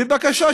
בבקשה,